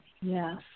Yes